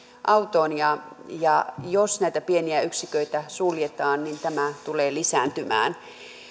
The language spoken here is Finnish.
autoon ja ja jos näitä pieniä yksiköitä suljetaan niin tämä tulee lisääntymään